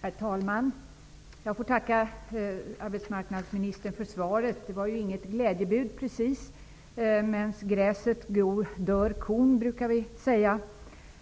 Herr talman! Jag får tacka arbetsmarknadsministern för svaret. Det var ju inget glädjebud precis. Medan gräset gror dör kon, brukar man säga.